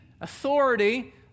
authority